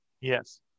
Yes